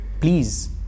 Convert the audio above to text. Please